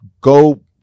go